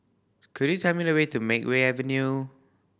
could you tell me the way to Makeway Avenue